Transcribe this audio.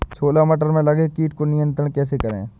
छोला मटर में लगे कीट को नियंत्रण कैसे करें?